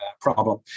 problem